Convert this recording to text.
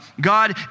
god